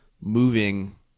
moving